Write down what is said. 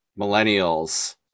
millennials